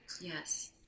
yes